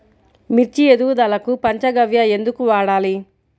మిర్చి ఎదుగుదలకు పంచ గవ్య ఎందుకు వాడాలి?